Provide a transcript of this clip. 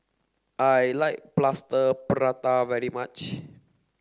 I like Plaster Prata very much